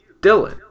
dylan